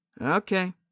Okay